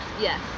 Yes